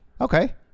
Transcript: Okay